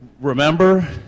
remember